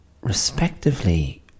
respectively